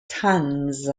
tons